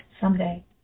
Someday